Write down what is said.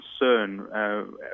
concern